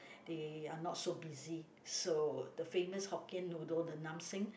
they are not so busy so the famous Hokkien noodle the Nam Seng